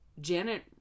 Janet